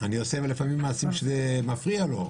לפעמים אני עושה מעשים שמפריעים לו,